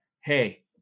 hey